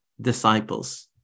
disciples